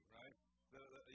right